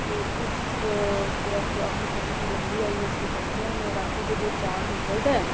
ते उस व्रत अपनी पति दी लम्बी आयु आस्तै करदियां न होर रातीं जिसलै चांद निकलदा ऐ